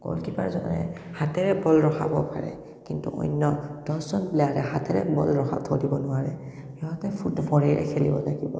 গ'ল কিপাৰজনে হাতেৰে বল ৰখাব পাৰে কিন্তু অন্য দহজন প্লেয়াৰে হাতেৰে বল ৰখাই থৈ দিব নোৱাৰে সিহঁতে ফুড ভৰিৰেই খেলিব লাগিব